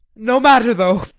no matter, though.